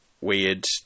weird